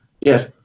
Yes